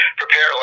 prepare